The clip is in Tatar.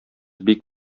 бик